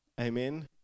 Amen